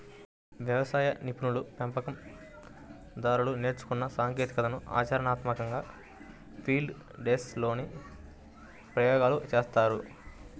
వ్యవసాయ నిపుణులు, పెంపకం దారులు నేర్చుకున్న సాంకేతికతలను ఆచరణాత్మకంగా ఫీల్డ్ డేస్ లోనే ప్రయోగాలు చేస్తారు